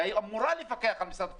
היא אמורה לפקח על משרד התחבורה.